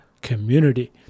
community